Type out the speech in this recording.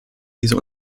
diese